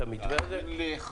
כן.